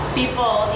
people